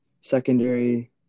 secondary